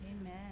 Amen